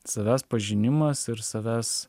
savęs pažinimas ir savęs